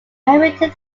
hamilton